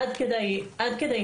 עד כדי הרג